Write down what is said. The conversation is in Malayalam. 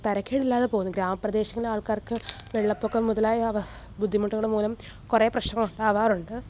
തരക്കേടില്ലാതെ പോവുന്നു ഗ്രാമപ്രദേശങ്ങളിലെ ആൾക്കാർക്ക് വെള്ളപ്പൊക്കം മുതലായ ബുദ്ധിമുട്ടുകൾ മൂലം കുറേ പ്രശ്നങ്ങൾ ഉണ്ടാവാറുണ്ട്